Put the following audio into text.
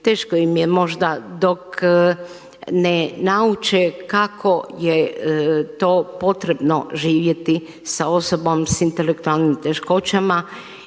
teško im je možda dok ne nauče kako je to potrebno živjeti sa osobom s intelektualnim teškoćama